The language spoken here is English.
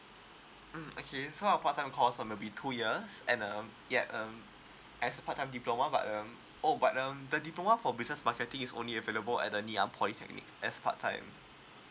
mm okay so our part time course um be two years and um yeah um as a part time diploma but um oh but um the diploma for business marketing is only available at the nanyang polytechnic as part time